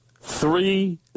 Three